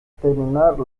terminar